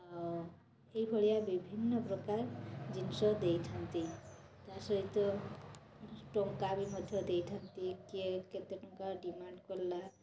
ଆଉ ଏଇଭଳିଆ ବିଭିନ୍ନ ପ୍ରକାର ଜିନିଷ ଦେଇଥାନ୍ତି ତା ସହିତ ଟଙ୍କା ବି ମଧ୍ୟ ଦେଇଥାନ୍ତି କିଏ କେତେ ଟଙ୍କା ଡ଼ିମାଣ୍ଡ୍ କଲା